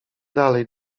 dalej